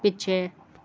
ਪਿੱਛੇ